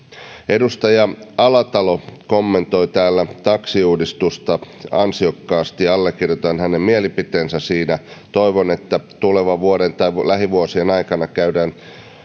edustaja alatalo kommentoi täällä taksiuudistusta ansiokkaasti ja allekirjoitan hänen mielipiteensä siinä toivon että tulevan vuoden tai lähivuosien aikana käydään